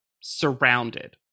surrounded